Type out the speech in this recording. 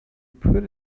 put